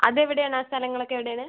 അത് എവിടെയാണ് ആ സ്ഥലങ്ങളൊക്കെ എവിടെയാണ്